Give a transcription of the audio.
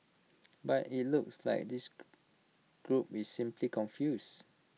but IT looks like this group is simply confuse